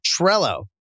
Trello